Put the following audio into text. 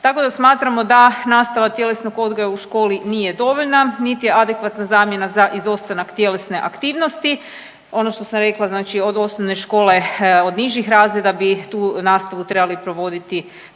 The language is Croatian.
Tako da smatramo da nastava tjelesnog odgoja u školi nije dovoljna niti je adekvatna zamjena za izostanak tjelesne aktivnosti. Ono što sam rekla znači od osnovne škole od nižih razreda bi tu nastavu trebali provoditi